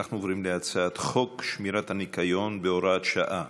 אנחנו עוברים להצעת חוק שמירת הניקיון (הוראת שעה,